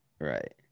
Right